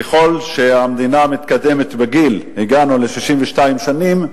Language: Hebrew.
ככל שהמדינה מתקדמת בגיל, הגענו ל-62 שנים,